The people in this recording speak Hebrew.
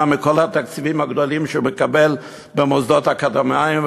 מכל התקציבים הגדולים שמקבלים במוסדות אקדמיים,